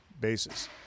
basis